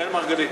אראל מרגלית.